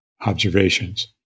observations